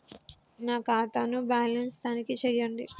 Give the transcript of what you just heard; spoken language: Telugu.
నా ఖాతా ను బ్యాలన్స్ తనిఖీ చేయండి?